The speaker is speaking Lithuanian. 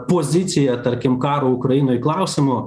pozicija tarkim karo ukrainoj klausimu